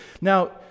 Now